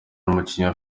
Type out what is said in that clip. n’umukinnyi